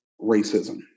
racism